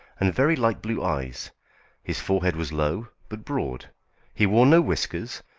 and very light blue eyes his forehead was low, but broad he wore no whiskers,